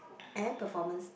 and performance